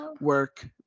work